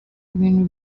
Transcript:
ibintu